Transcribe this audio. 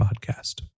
podcast